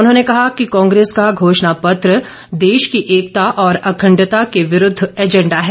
उन्होंने कहा कि कांग्रेस का घोषणापत्र देश की एकता और अखंडता के विरूद्व एजेंडा है